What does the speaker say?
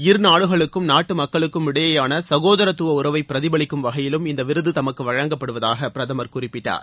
இருநாடுகளுக்கும் நாட்டு மக்களுக்கும் இடையேயான சகோதரத்துவ உறவை பிரதிபலிக்கும் வகையிலும் இந்த விருது தமக்கு வழங்கப்படுவதாக பிரதமர் குறிப்பிட்டார்